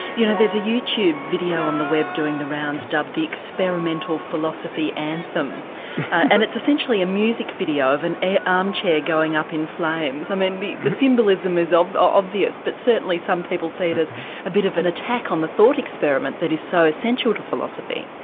you know there's a youtube video on the web doing the rounds dubbed the experimental philosophy anthem and it's essentially a music video of and an armchair going up in flames. i mean the the symbolism is obvious but certainly some people see it as a bit of an attack on the thought experiment that is so essential to philosophy.